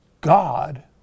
God